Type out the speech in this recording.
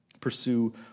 Pursue